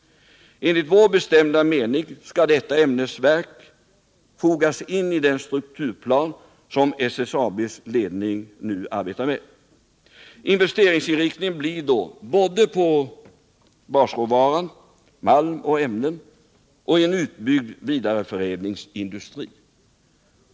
Enligt vår bestämda mening skall detta ämnesverk fogas in i den strukturplan som SSAB:s ledning nu arbetar med. Investeringarna blir då inriktade på både basråvara, malm och ämnen samt en utbyggd vidareförädlingsindustri.